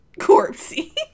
corpsey